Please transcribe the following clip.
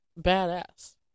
badass